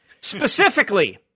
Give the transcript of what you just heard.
Specifically